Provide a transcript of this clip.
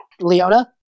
Leona